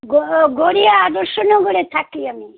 গ গড়িয়া আদর্শ নগরে থাকি আমি